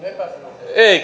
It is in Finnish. ei